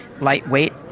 lightweight